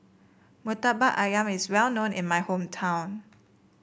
murtabak ayam is well known in my hometown